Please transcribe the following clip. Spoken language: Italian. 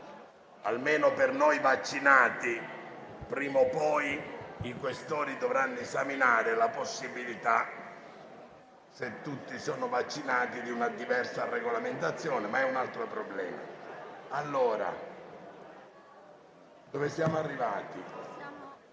almeno per noi vaccinati. Prima o poi i senatori Questori dovranno esaminare la possibilità, se tutti sono vaccinati, di una diversa regolamentazione (ma è un altro problema). Il Governo aveva